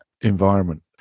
environment